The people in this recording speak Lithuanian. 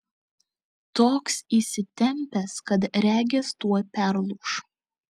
toks įsitempęs kad regis tuoj perlūš